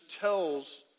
tells